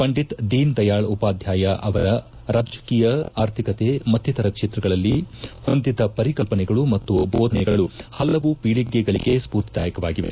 ಪಂಡಿತ್ ದೀನ್ ದಯಾಳ್ ಉಪಾಧ್ವಾಯ ಅವರು ರಾಜಕೀಯ ಆರ್ಥಿಕತೆ ಮತ್ತಿತರ ಕ್ಷೇತ್ರಗಳಲ್ಲಿ ಹೊಂದಿದ್ದ ಪರಿಕಲ್ಲನೆಗಳು ಮತ್ತು ಬೋಧನೆಗಳು ಪಲವು ಪೀಳಿಗೆಗಳಿಗೆ ಸ್ಪೂರ್ಕಿದಾಯಕವಾಗಿವೆ